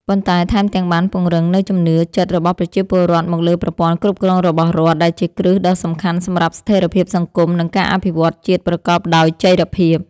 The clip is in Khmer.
ប៉ុន្តែថែមទាំងបានពង្រឹងនូវជំនឿចិត្តរបស់ប្រជាពលរដ្ឋមកលើប្រព័ន្ធគ្រប់គ្រងរបស់រដ្ឋ ដែលជាគ្រឹះដ៏សំខាន់សម្រាប់ស្ថិរភាពសង្គម និងការអភិវឌ្ឍជាតិប្រកបដោយចីរភាព។